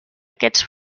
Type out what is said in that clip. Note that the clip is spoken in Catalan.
aquests